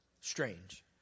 strange